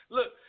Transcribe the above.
Look